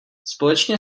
společně